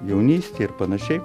jaunystė ir panašiai